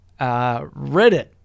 Reddit